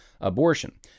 abortion